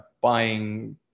buying